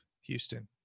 Houston